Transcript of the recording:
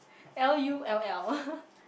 L_U_L_L